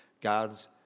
God's